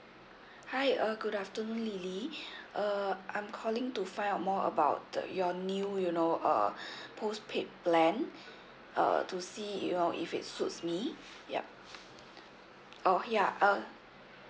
hi uh good afternoon lily uh I'm calling to find out more about the your new you know uh postpaid plan uh to see you know if it suits me yup oh ya um